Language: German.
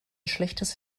schlechtes